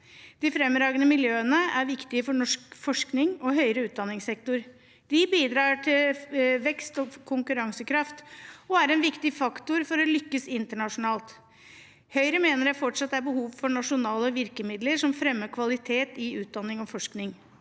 De fremragende miljøene er viktige for norsk forskning og høyere utdanningssektor. De bidrar til vekst og konkurransekraft og er en viktig faktor for å lykkes internasjonalt. Høyre mener det fortsatt er behov for nasjonale virkemidler som fremmer kvalitet i utdanning og forskning.